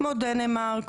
כמו דנמרק,